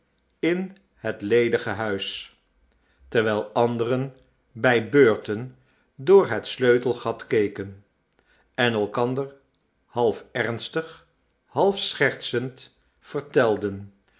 in het ledige huis terwijl anderen bij beurten door het sleutelgat keken en elkander half ernstig half schertsend vertelden